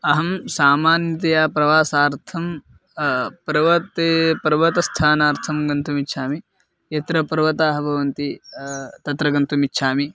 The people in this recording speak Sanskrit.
अहं सामान्यतया प्रवासार्थं पर्वते पर्वतस्थानार्थं गन्तुमिच्छामि यत्र पर्वताः भवन्ति तत्र गन्तुमिच्छामि